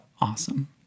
awesome